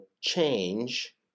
change